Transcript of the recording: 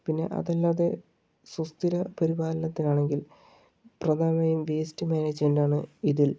പിന്നെ അതല്ലാതെ സുസ്ഥിര പരിപാലനത്തിനാണെങ്കിൽ പ്രധാനമായും വേസ്റ്റ് മാനേജ്മെൻറ് ആണ് ഇതിൽ